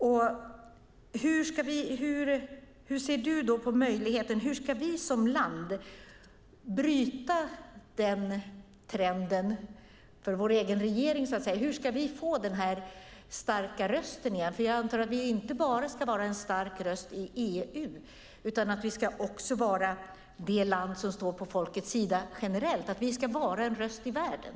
Hur ser du, Ismail Kamil, på möjligheten att vi som land kan bryta den trenden? Hur ska vi bli den starka rösten igen? Jag antar att vi inte enbart ska vara en stark röst i EU utan också vara det land som står på folkets sida generellt, att vi ska vara en röst i världen.